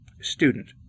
Student